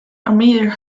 amir